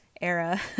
era